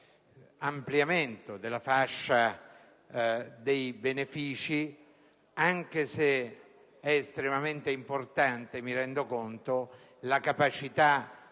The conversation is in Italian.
dell'ampliamento della fascia dei benefici, anche se è estremamente importante - me ne rendo conto - che i